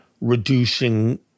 reducing